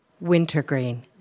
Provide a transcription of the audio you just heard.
Wintergreen